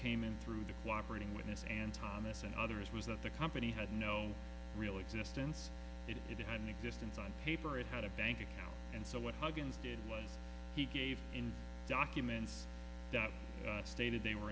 came in through the clobbering witness and thomas and others was that the company had no real existence it had an existence on paper it had a bank account and so what huggins did was he gave in documents that stated they were